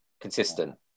consistent